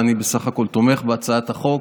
ואני בסך הכול תומך בהצעת החוק.